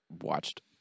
watched